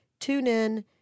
TuneIn